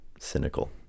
cynical